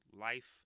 life